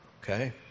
Okay